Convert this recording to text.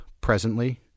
presently